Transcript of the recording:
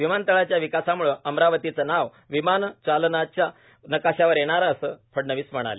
विमानतळाच्या विकासाम्ळे अमरावतीचे नाव विमानचालनाच्या नकाशावर येणार आहे अस फडणवीस म्हणाले